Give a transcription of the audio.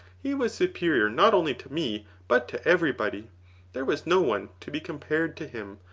he was superior not only to me but to everybody there was no one to be compared to him.